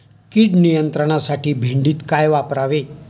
कीड नियंत्रणासाठी भेंडीत काय वापरावे?